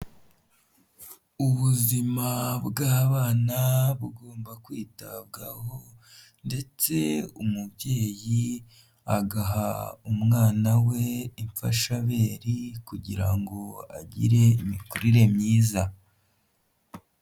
Ubuzima bw'abana bugomba kwitabwaho, ndetse umubyeyi agaha umwana we imfashabere kugira ngo agire imikurire myiza.